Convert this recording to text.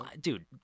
dude